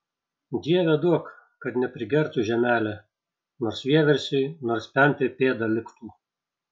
dieve duok kad neprigertų žemelė nors vieversiui nors pempei pėda liktų